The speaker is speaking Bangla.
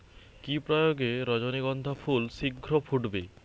কি প্রয়োগে রজনীগন্ধা ফুল শিঘ্র ফুটবে?